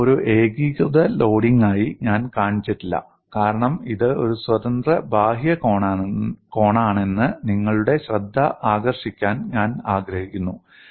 ഇത് ഒരു ഏകീകൃത ലോഡിംഗായി ഞാൻ കാണിച്ചിട്ടില്ല കാരണം ഇത് ഒരു സ്വതന്ത്ര ബാഹ്യ കോണാണെന്ന് നിങ്ങളുടെ ശ്രദ്ധ ആകർഷിക്കാൻ ഞാൻ ആഗ്രഹിക്കുന്നു